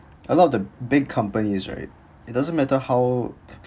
a lot of the big companies right it doesn't matter how